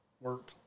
work